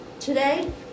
Today